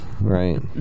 Right